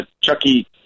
Chucky